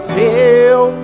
tell